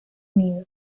unido